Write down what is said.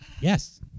Yes